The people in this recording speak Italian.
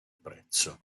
prezzo